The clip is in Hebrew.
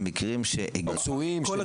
מקרים שהגיעו לבית החולים ובהמוניהם, ושם נפטרו.